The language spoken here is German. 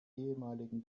ehemaligen